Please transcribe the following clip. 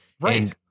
Right